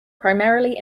primarily